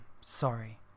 sorry